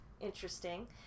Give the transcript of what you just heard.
interesting